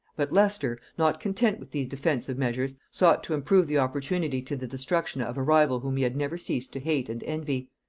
but leicester, not content with these defensive measures, sought to improve the opportunity to the destruction of a rival whom he had never ceased to hate and envy.